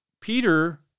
Peter